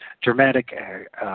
Dramatic